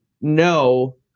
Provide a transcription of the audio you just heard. no